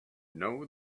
know